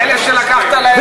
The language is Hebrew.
ואלה שלקחת להם?